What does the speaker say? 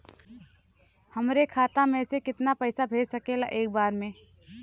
हमरे खाता में से कितना पईसा भेज सकेला एक बार में?